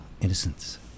innocence